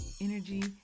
energy